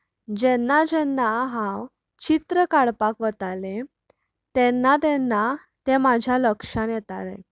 जेन्ना जेन्ना हांव चित्र काडपाक वताले तेन्ना तेन्ना तें म्हज्या लक्षांत येताले